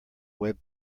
web